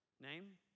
Name